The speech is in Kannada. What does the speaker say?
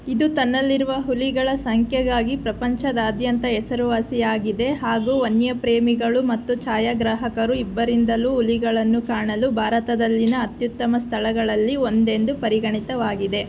ಇದು ತನ್ನಲ್ಲಿರುವ ಹುಲಿಗಳ ಸಂಖ್ಯೆಗಾಗಿ ಪ್ರಪಂಚದಾದ್ಯಂತ ಹೆಸರುವಾಸಿಯಾಗಿದೆ ಹಾಗೂ ವನ್ಯಪ್ರೇಮಿಗಳು ಮತ್ತು ಛಾಯಾಗ್ರಾಹಕರು ಇಬ್ಬರಿಂದಲೂ ಹುಲಿಗಳನ್ನು ಕಾಣಲು ಭಾರತದಲ್ಲಿನ ಅತ್ಯುತ್ತಮ ಸ್ಥಳಗಳಲ್ಲಿ ಒಂದೆಂದು ಪರಿಗಣಿತವಾಗಿದೆ